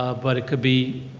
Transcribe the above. ah but it could be,